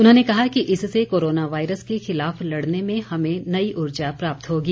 उन्होंने कहा कि इससे कोरोना वायरस के खिलाफ लड़ने में हमें नई ऊर्जा प्राप्त होगी